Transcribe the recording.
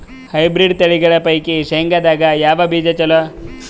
Hybrid ತಳಿಗಳ ಪೈಕಿ ಶೇಂಗದಾಗ ಯಾವ ಬೀಜ ಚಲೋ?